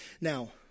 Now